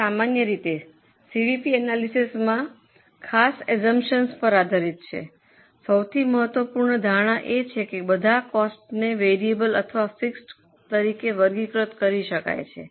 હવે સામાન્ય રીતે સીવીપી એનાલિસિસમાં ખાસ અસ્સુમ્પ્શન્સ પર આધારિત છે સૌથી મહત્વપૂર્ણ ધારણા એ છે કે બધા કોસ્ટને વેરિયેબલ અથવા ફિક્સડ તરીકે વર્ગીકૃત કરી શકાય છે